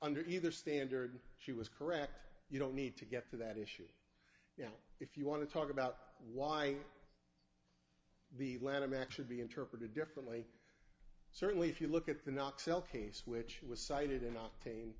under either standard she was correct you don't need to get to that issue now if you want to talk about why the lanham actually be interpreted differently certainly if you look at the knoxville case which was cited in octane